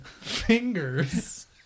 fingers